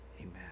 Amen